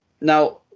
Now